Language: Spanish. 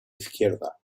izquierda